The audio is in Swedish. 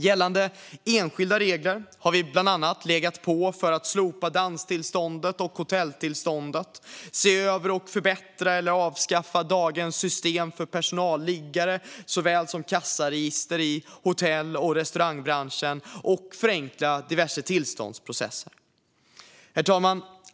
Gällande enskilda regler har vi bland annat legat på för att slopa danstillståndet och hotelltillståndet, för att se över och förbättra eller avskaffa dagens system för personalliggare såväl som kassaregister i hotell och restaurangbranschen och för att förenkla diverse tillståndsprocesser. Herr talman!